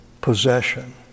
possession